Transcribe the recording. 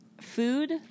food